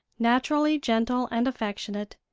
naturally gentle and affectionate,